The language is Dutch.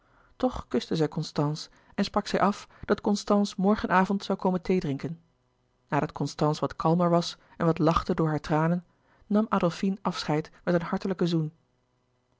kuste zij constance en sprak zij af dat constance morgen avond zoû komen thee drinken nadat constance wat kalmer was en wat lachte door hare tranen nam adolfine afscheid met een hartelijken zoen